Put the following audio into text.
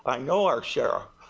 i know our sheriff.